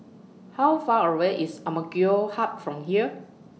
How Far away IS Hub from here